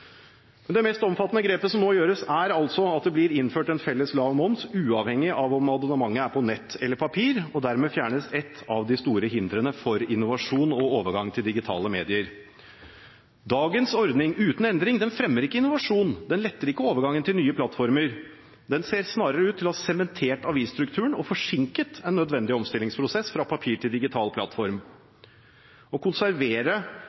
Det mest omfattende grepet som nå gjøres, er altså at det blir innført en felles lav moms, uavhengig av om abonnementet er på nett eller papir, og dermed fjernes et av de store hindrene for innovasjon og overgang til digitale medier. Dagens ordning uten endring fremmer ikke innovasjon, den letter ikke overgangen til nye plattformer. Den ser snarere ut til å ha sementert avisstrukturen og forsinket en nødvendig omstillingsprosess fra papir til digital plattform. Å konservere